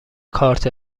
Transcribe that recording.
کارت